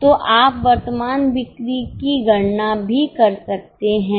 तो आप वर्तमान बिक्री की गणना भी कर सकते हैं